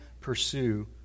pursue